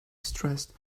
stressed